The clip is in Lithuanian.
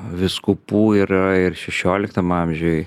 vyskupų yra ir šešioliktam amžiui